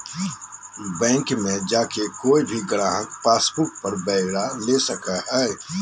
bank मे जाके कोय भी गाहक पासबुक पर ब्यौरा ले सको हय